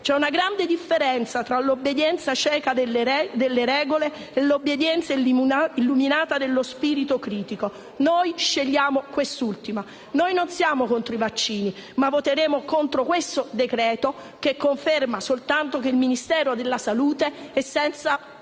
«C'è una grande differenza fra l'obbedienza cieca alle regole e l'obbedienza illuminata dello spirito critico». Noi scegliamo quest'ultima. Noi non siamo contro i vaccini, ma voteremo contro questo decreto, che conferma soltanto che il Ministero della salute è senza